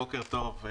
בוקר טוב.